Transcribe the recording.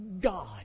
God